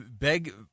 beg